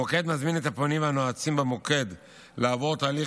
המוקד מזמין את הפונים הנועצים במוקד לעבור תהליך